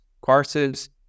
courses